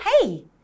Hey